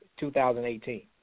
2018